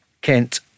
Kent